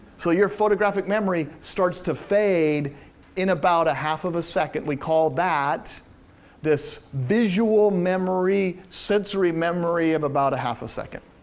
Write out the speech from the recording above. so your photographic memory starts to fade in about a half of a second. we call that this visual memory, sensory memory of about a half a second.